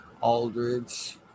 Aldridge